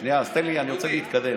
שנייה, אני רוצה להתקדם.